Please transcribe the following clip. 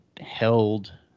held